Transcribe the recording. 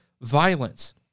violence